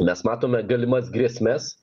mes matome galimas grėsmes